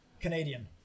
Canadian